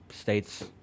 states